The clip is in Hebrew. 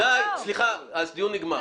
הדיון נגמר.